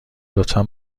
لطفا